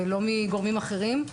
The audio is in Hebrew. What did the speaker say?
ולא מגורמים אחרים.